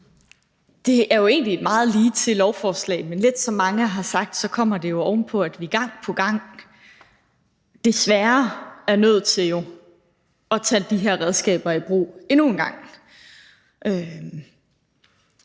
Det er jo egentlig et meget ligetil lovforslag, men som mange har sagt, kommer det jo oven på, at vi jo desværre er nødt til endnu en gang at tage de her redskaber i brug. Og